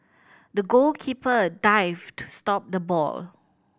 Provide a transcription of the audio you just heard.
the goalkeeper dived to stop the ball